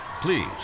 Please